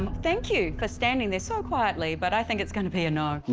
thank you for standing there so quietly but i think it's going to be a no.